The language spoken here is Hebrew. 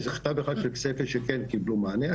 יש איזה מכתב אחד של כסייפה שכן קיבלו מענה,